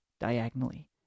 diagonally